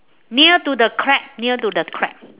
near to the crack near to the crack